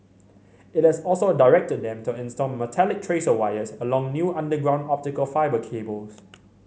it has also directed them to install metallic tracer wires along new underground optical fibre cable